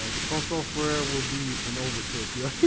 phone software will be an overkill pure